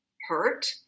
hurt